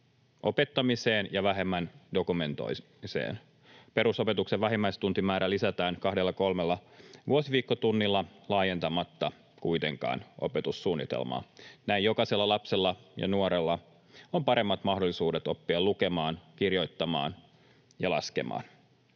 opettamiseen ja vähemmän dokumentoimiseen. Perusopetuksen vähimmäistuntimäärää lisätään 2—3 vuosiviikkotunnilla laajentamatta kuitenkaan opetussuunnitelmaa. Näin jokaisella lapsella ja nuorella on paremmat mahdollisuudet oppia lukemaan, kirjoittamaan ja laskemaan.